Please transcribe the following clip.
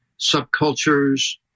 subcultures